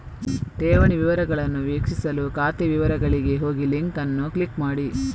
ಠೇವಣಿ ವಿವರಗಳನ್ನು ವೀಕ್ಷಿಸಲು ಖಾತೆ ವಿವರಗಳಿಗೆ ಹೋಗಿಲಿಂಕ್ ಅನ್ನು ಕ್ಲಿಕ್ ಮಾಡಿ